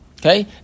Okay